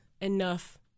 enough